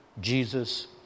Jesus